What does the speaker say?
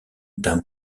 d’un